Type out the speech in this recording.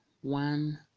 one